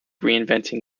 reinventing